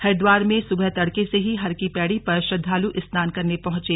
हरिद्वार में सुबह तड़के से ही हरकी पैड़ी पर श्रद्दालु स्नान करने पहुंचे